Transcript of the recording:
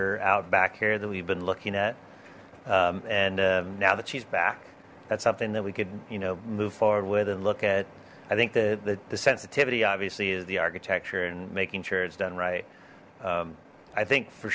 are out back here that we've been looking at and now that she's back that's something that we could you know move forward with and look at i think the the sensitivity obviously is the architecture and making sure it's done right i think for